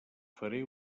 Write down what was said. faré